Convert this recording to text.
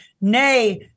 nay